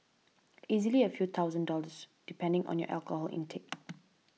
easily a few thousand dollars depending on your alcohol intake